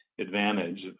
Advantage